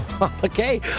okay